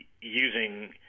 using